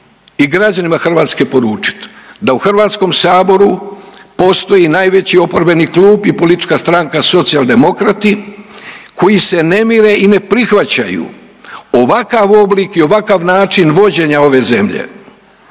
i građanima Hrvatske poručiti, da u HS-u postoji najveći oporbeni klub i politička stranka Socijaldemokrati koji se ne mire i ne prihvaćaju ovakav oblik i ovakav način vođenja ove zemlje.